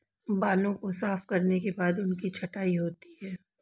बालों को साफ करने के बाद उनकी छँटाई होती है